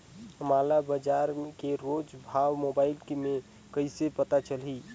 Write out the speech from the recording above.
मोला बजार के रोज भाव मोबाइल मे कइसे पता चलही?